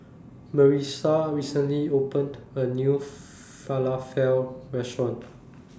Marissa recently opened A New Falafel Restaurant